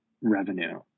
revenue